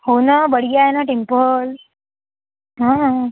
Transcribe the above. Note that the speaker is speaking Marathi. हो ना बढियाँ आहे ना टेम्पल हा